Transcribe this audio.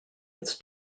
its